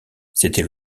c’était